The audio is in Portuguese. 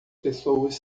pessoas